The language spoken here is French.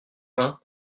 vingts